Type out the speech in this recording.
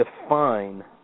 define